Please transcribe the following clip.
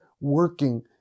working